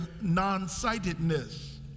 non-sightedness